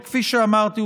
שכפי שאמרתי,